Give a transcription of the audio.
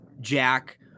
Jack